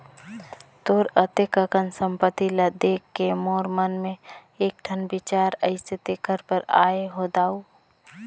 तोर अतेक अकन संपत्ति ल देखके मोर मन मे एकठन बिचार आइसे तेखरे बर आये हो दाऊ